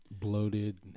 Bloated